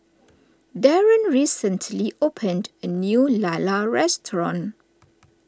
Deron recently opened a new Lala restaurant